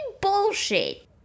bullshit